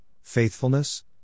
faithfulness